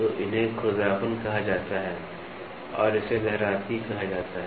तो इन्हें खुरदरापन कहा जाता है और इसे लहराती कहा जाता है